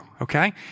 okay